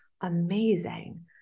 amazing